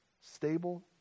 stable